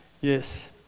yes